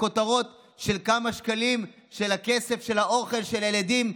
בכותרות של כמה שקלים של הכסף של האוכל של הילדים,